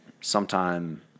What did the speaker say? sometime